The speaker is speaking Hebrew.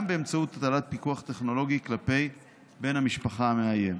גם באמצעות הטלת פיקוח טכנולוגי כלפי בן המשפחה המאיים.